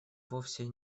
вовсе